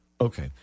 Okay